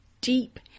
deep